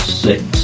six